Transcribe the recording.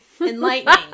enlightening